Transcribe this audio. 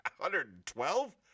112